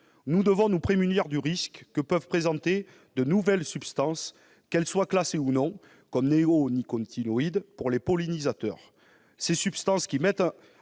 nous devons nous prémunir contre les dangers que peuvent présenter de nouvelles substances, qu'elles soient classées comme néonicotinoïdes ou non, pour les pollinisateurs.